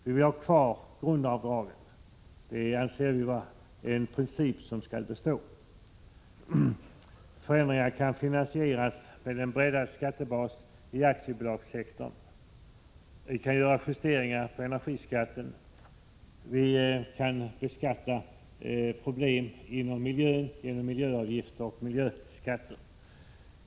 Vi vill ha kvar grundavdragen, som vi anser är en princip som skall bestå. Förändringarna kan finansieras med en breddad skattebas i aktiebolagssektorn. Man kan göra justeringar i energiskatter, och man kan beskatta problem inom miljön genom miljöavgifter och miljöskatter.